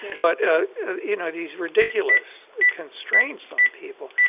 but ah you know these ridiculous constraints on people.